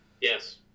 Yes